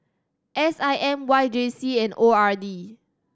S I M Y J C and O R D